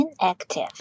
Inactive